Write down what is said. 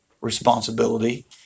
responsibility